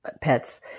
pets